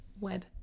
web